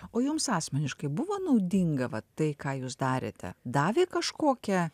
o jums asmeniškai buvo naudinga vat tai ką jūs darėte davė kažkokią